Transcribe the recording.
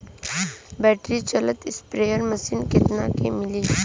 Battery चलत sprayer machine कितना क मिली?